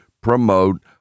promote